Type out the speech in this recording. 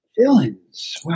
Villains